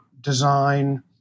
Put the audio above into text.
design